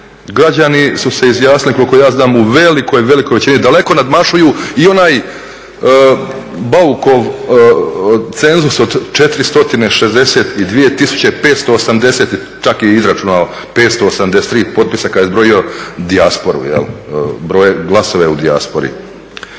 Građani su se izjasnili koliko ja znam u velikoj, velikoj većini, daleko nadmašuju i onaj Baukov cenzus od 4 stotine 62 tisuće 580, čak je i izračunao, 583 potpisa kada je zbrojio dijasporu, brojao glasova u dijaspori.